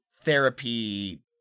therapy